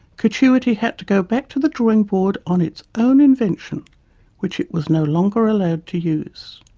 catuity had to go back to the drawing board on its own invention which it was no longer allowed to use.